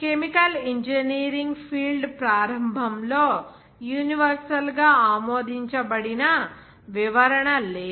chemical engineering field ప్రారంభంలో universal గా ఆమోదించబడిన వివరణ లేదు